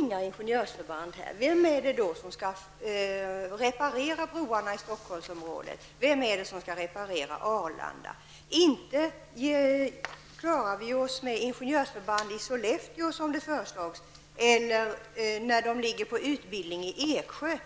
inga ingenjörsförband. Vilka skall då reparera broarna i Stockholmsområdet och Arlanda? Vi klarar oss inte med ingenjörsförband i Sollefteå eller de soldater som ligger på utbildning i Eksjö.